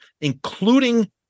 including